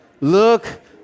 look